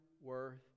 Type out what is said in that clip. worth